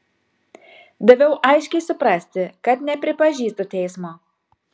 daviau aiškiai suprasti kad nepripažįstu teismo